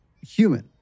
human